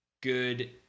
good